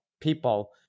people